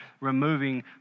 removing